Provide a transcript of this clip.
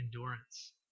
endurance